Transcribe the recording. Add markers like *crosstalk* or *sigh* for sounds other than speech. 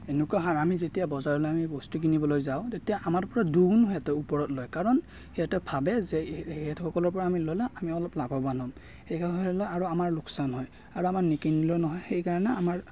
এনেকুৱা হাৰামী যেতিয়া বজাৰলৈ আমি বস্তু কিনিবলৈ যাওঁ তেতিয়া আমাৰ পৰা দুগুণ সিহঁতে ওপৰত লয় কাৰণ সিহঁতে ভাবে যে এখেতসকলৰ পৰা আমি ল'লে আমি অলপ লাভৱান হ'ম *unintelligible* লয় আৰু আমাৰ লোকচান হয় আৰু আমাৰ নিকিনিলেও নহয় সেই কাৰণে আমাৰ